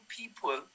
people